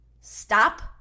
stop